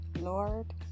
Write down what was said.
lord